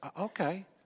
okay